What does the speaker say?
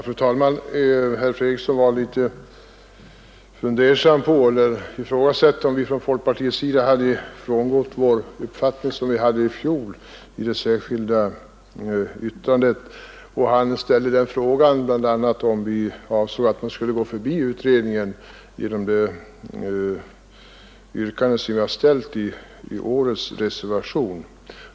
Fru talman! Herr Fredriksson ifrågasatte om vi från folkpartiets sida hade frångått den uppfattning vi redovisade i det särskilda yttrandet i fjol. Han frågade bl.a. om vi med det yrkande vi ställt i årets reservation avser att man skulle gå förbi utredningen.